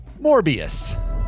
Morbius